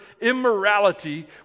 immorality